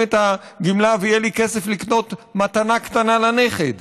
את הגמלה ויהיה לי כסף לקנות מתנה קטנה לנכד?